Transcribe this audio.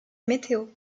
météo